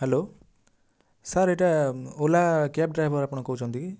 hello sir ଏଇଟା Ola cab driver ଆପଣ କହୁଛନ୍ତି କି